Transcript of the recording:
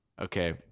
Okay